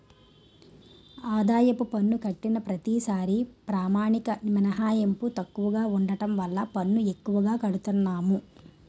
ఆదాయపు పన్ను కట్టిన ప్రతిసారీ ప్రామాణిక మినహాయింపు తక్కువగా ఉండడం వల్ల పన్ను ఎక్కువగా కడతన్నాము